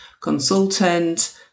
consultant